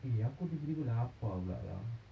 eh aku tiba-tiba lapar pula lah